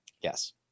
Yes